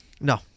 No